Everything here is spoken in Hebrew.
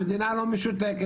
המדינה לא משותקת,